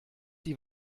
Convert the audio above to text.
die